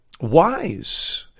wise